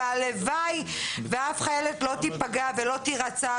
והלוואי ואף חיילת לא תיפגע ולא תירצח